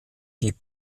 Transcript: die